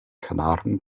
kanaren